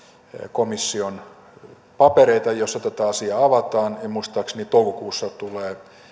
komission papereita joissa asiaa avataan ja muistaakseni toukokuussa tulee